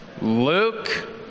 Luke